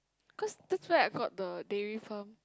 cause that's where I got the dairy from